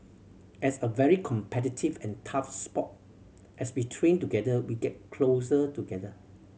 as a very competitive and tough sport as we train together we get closer together